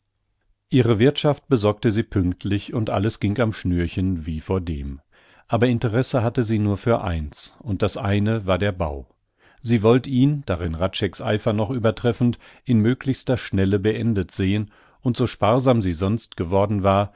ihre wirthschaft besorgte sie pünktlich und alles ging am schnürchen wie vordem aber interesse hatte sie nur für eins und das eine war der bau sie wollt ihn darin hradscheck's eifer noch übertreffend in möglichster schnelle beendet sehn und so sparsam sie sonst geworden war